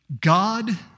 God